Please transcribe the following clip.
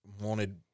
wanted